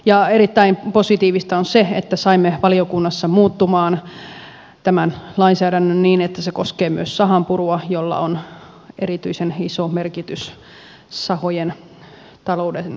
ja erittäin positiivista on se että saimme valiokunnassa tämän lainsäädännön muuttumaan niin että se koskee myös sahanpurua jolla on erityisen iso merkitys sahojen talouden kannalta